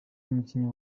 umukinnyi